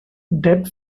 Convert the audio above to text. deb